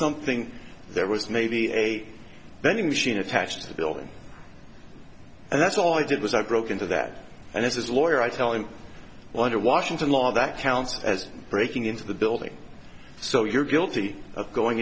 something there was maybe a vending machine attached to the building and that's all i did was i broke into that and as his lawyer i tell him what a washington law that counts as breaking into the building so you're guilty of going